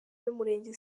y’umurenge